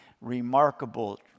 remarkable